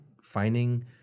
finding